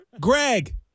Greg